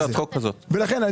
לכן אני